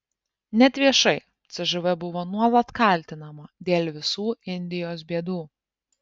net viešai cžv buvo nuolat kaltinama dėl visų indijos bėdų